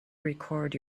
record